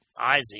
Isaac